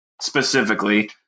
specifically